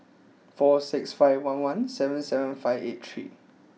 four six five one one seven seven five eight three